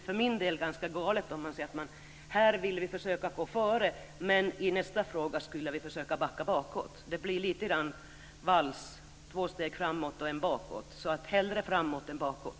För min del tycker jag att det skulle bli ganska galet om man går före i vissa frågor och backar i andra frågor. Det blir lite grann vals, två steg framåt och ett bakåt, så hellre framåt än bakåt.